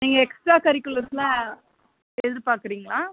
நீங்கள் எக்ஸ்ட்ரா கரிக்குலர்ஸ்லாம் எதிர்பார்க்குறீங்களா